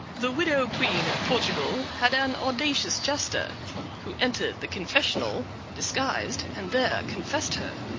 the widow-queen of portugal had an audacious jester who entered the confessional disguised, and there confessed her.